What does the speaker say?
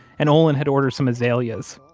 and olin had ordered some azaleas,